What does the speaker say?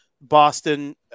Boston